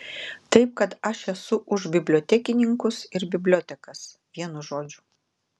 taip kad aš esu už bibliotekininkus ir bibliotekas vienu žodžiu